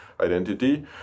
identity